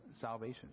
salvation